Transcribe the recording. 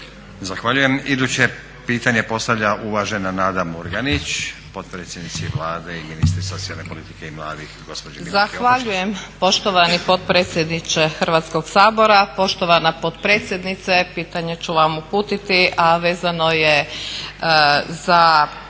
Zahvaljujem. Iduće pitanje postavlja uvažena Nada Murganić, potpredsjednici Vlade i ministrici socijalne politike i mladih gospođi Milanki Opačić. **Murganić, Nada (HDZ)** Zahvaljujem poštovani potpredsjedniče Hrvatskog sabora, poštovana potpredsjednice pitanje ću vam uputiti, a vezano je za